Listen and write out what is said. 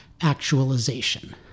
actualization